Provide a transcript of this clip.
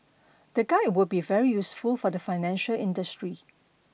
the guide would be very useful for the financial industry